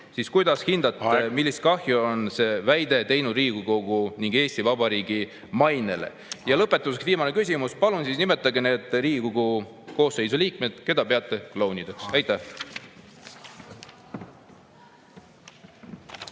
(Juhataja: "Aeg!"), millist kahju on see väide teinud Riigikogu ning Eesti Vabariigi mainele? Ja lõpetuseks viimane küsimus: palun nimetage need Riigikogu koosseisu liikmed, keda peate klouniks. Aitäh!